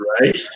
right